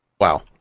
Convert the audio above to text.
Wow